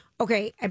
Okay